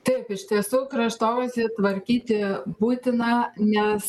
taip iš tiesų kraštovaizdį tvarkyti būtina nes